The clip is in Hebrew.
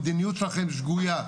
המדיניות שלכם שגוייה,